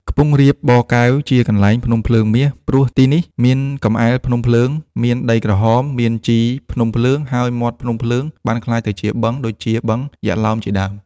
ខ្ពង់រាបបរកែវ ជាកន្លែងភ្នំភ្លើងមាស ព្រោះទីនេះ មានកំអែភ្នំភ្លើង មានដីក្រហម មានជីភ្នំភ្លើង ហើយមាត់ភ្នំភ្លើងបានក្លាយទៅជាបឹង ដូចជាបឹង យក្សឡោម ជាដើម ។